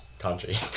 Country